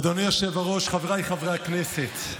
אדוני היושב-ראש, חבריי חברי הכנסת,